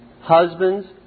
Husbands